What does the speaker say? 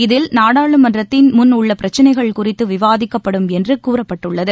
இதில் நாடாளுமன்றத்தின் முன் உள்ள பிரச்னைகள் குறித்து விவாதிக்கப்படும் என்று கூறப்பட்டுள்ளது